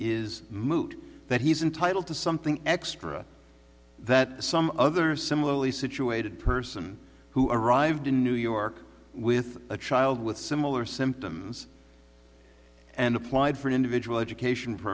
is moot that he's entitled to something extra that some other similarly situated person who arrived in new york with a child with similar symptoms and applied for an individual education